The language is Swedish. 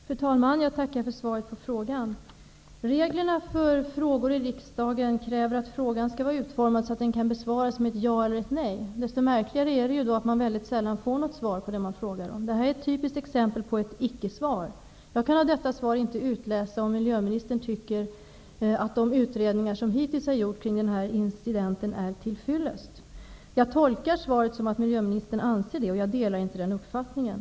Fru talman! Jag tackar för svaret på frågan. Reglerna för frågor i riksdagen kräver att en fråga skall vara utformad så att den kan besvaras med ett ja eller ett nej. Desto märkligare är det då att man väldigt sällan får något svar på det man frågor om. Detta är ett typiskt exempel på ett ickesvar. Jag kan av detta svar inte utläsa om miljöministern tycker att de utredningar som hittills har gjorts kring den här incidenten är tillfyllest. Jag tolkar svaret så att miljöministern anser att det är tillfyllest. Jag delar inte den uppfattningen.